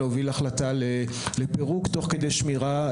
להוביל החלטה לפירוק תוך כדי שמירה,